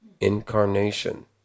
incarnation